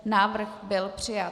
Návrh byl přijat.